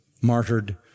martyred